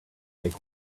make